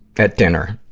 at dinner,